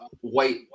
white